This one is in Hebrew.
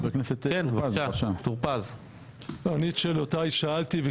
חבר הכנסת טור פז, בבקשה.